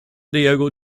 diego